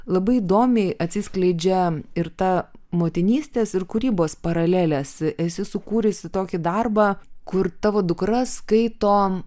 labai įdomiai atsiskleidžia ir ta motinystės ir kūrybos paralelės esi sukūrusi tokį darbą kur tavo dukra skaito